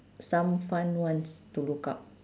some fun ones to look up